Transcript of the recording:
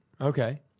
Okay